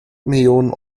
millionen